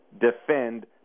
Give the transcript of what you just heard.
defend